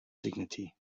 dignity